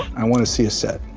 i wanna see a set.